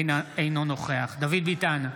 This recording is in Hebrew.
אינו נוכח דוד ביטן,